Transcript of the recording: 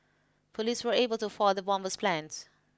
police were able to foil the bomber's plans